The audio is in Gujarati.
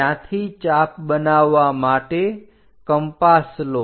ત્યાંથી ચાપ બનાવવા માટે કંપાસ લો